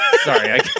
Sorry